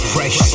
Fresh